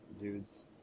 dudes